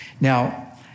Now